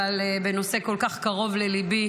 אבל בנושא כל כך קרוב לליבי